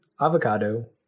avocado